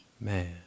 Man